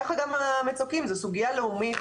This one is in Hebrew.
ככה גם המצוקים, זו סוגייה לאומית